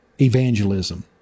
evangelism